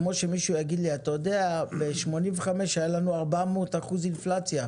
כמו שמישהו יגיד לי אתה יודע ב-85 היה לנו 400 אחוז אינפלציה,